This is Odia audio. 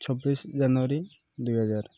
ଛବିଶି ଜାନୁଆରୀ ଦୁଇ ହଜାର